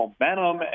momentum